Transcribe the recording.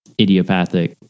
idiopathic